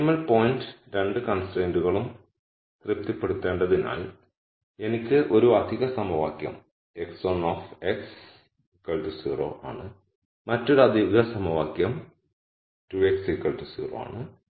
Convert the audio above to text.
optimal point രണ്ട് കൺസ്ട്രൈന്റുകളും തൃപ്തിപ്പെടുത്തേണ്ടതിനാൽ എനിക്ക് ഒരു അധിക സമവാക്യം x1x 0 ആണ് മറ്റൊരു അധിക സമവാക്യം 2x 0 ആണ്